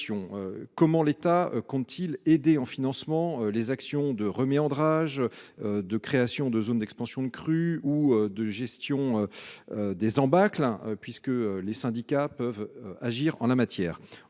comment l’État compte t il participer au financement des actions de reméandrage, de création de zones d’expansion de crues ou de gestion des embâcles ? Les syndicats peuvent agir en la matière.